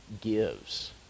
gives